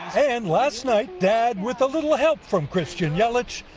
and last night dad, with a little help from christian yelich,